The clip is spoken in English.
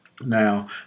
Now